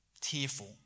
tearful